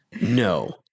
no